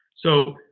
so,